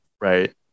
Right